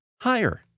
higher